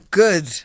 good